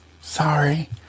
Sorry